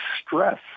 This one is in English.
stress